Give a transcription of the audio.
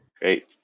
Great